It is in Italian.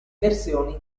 versioni